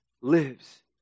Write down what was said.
lives